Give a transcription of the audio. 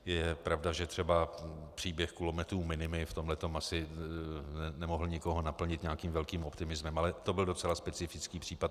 Je pravda, že třeba příběh kulometů Minimi v tomhle tom asi nemohl nikoho naplnit nějakým velkým optimismem, ale to byl docela specifický případ.